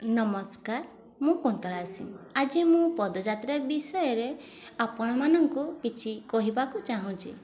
ନମସ୍କାର ମୁଁ କୁନ୍ତଳା ସିଂ ଆଜି ମୁଁ ପଦଯାତ୍ରା ବିଷୟରେ ଆପଣମାନଙ୍କୁ କିଛି କହିବାକୁ ଚାହୁଁଛି